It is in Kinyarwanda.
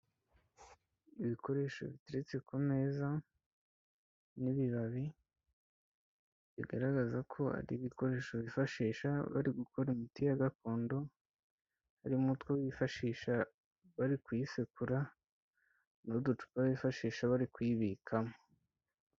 Ibikoresho biteretse ku meza n'ibibabi bigaragaza ko ari ibikoresho bifashisha barigukora imiti ya gakondo. Harimo utwo bifashisha barikuyisekura n'uducupa bifashisha barikuyibikamo.